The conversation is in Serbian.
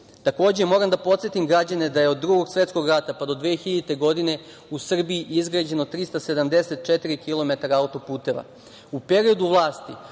moram da podsetim građane da je od Drugo svetskog rata pa do 2000. godine u Srbiji izgrađeno 374 kilometara autoputeva. U periodu vlasti